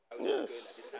Yes